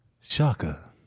Shaka